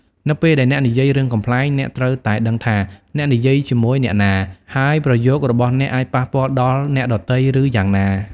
នៅពេលដែលអ្នកនិយាយរឿងកំប្លែង អ្នកត្រូវតែដឹងថា អ្នកនិយាយជាមួយអ្នកណា ហើយប្រយោគរបស់អ្នកអាចប៉ះពាល់ដល់អ្នកដទៃឬយ៉ាងណា។